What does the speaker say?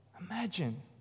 Imagine